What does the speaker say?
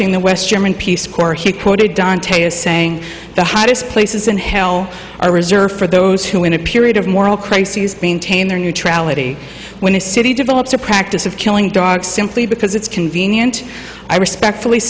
astonishing the west german peace corps he quoted dante as saying the hottest places in hell are reserved for those who in a period of moral crises maintain their neutrality when a city develops a practice of killing dogs simply because it's convenient i respectfully